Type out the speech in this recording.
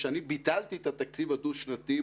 כשביטלתי את התקציב הדו-שנתי,